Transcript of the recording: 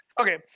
okay